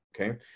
okay